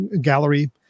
gallery